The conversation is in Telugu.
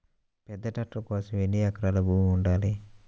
పెద్ద ట్రాక్టర్ కోసం ఎన్ని ఎకరాల భూమి ఉండాలి?